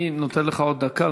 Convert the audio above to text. אני נותן לך עוד דקה,